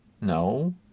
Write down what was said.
No